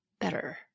better